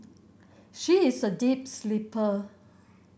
she is a deep sleeper